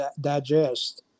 digest